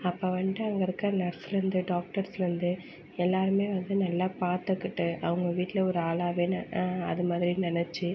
அப்போ வந்துட்டு அங்கே இருக்க நர்ஸ்ஸுலேந்து டாக்ட்டர்ஸ்லேந்து எல்லாருமே வந்து நல்லா பார்த்துக்கிட்டு அவங்க வீட்டில் ஒரு ஆளாவே அது மாதிரி நினச்சி